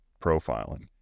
profiling